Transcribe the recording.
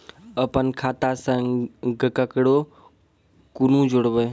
अपन खाता संग ककरो कूना जोडवै?